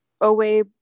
away